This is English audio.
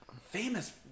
famous